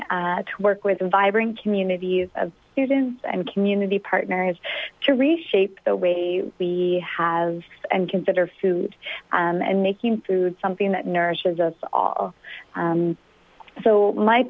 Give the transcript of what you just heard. to work with the vibrant communities of students and community partners to reshape the way we have and consider food and making food something that nourishes us all so my